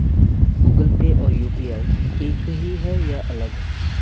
Google pay और UPI एक ही है या अलग?